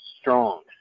strong